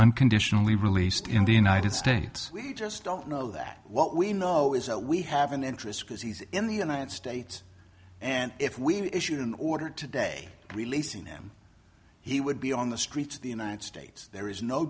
unconditionally released in the united states we just don't know that what we know is that we have an interest because he's in the united states and if we issued an order today releasing them he would be on the streets of the united states there is no